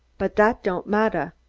but dot don't matter.